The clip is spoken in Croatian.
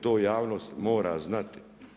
To javnost mora znati.